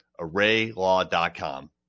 arraylaw.com